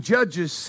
Judges